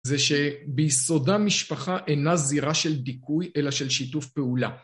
זה שביסודה משפחה אינה זירה של דיכוי אלא של שיתוף פעולה.